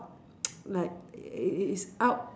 like it's out